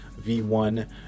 V1